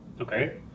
Okay